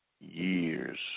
years